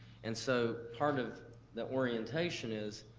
and so part of the orientation is,